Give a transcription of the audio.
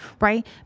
Right